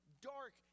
dark